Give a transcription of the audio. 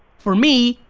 for me,